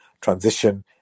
transition